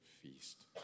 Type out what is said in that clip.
feast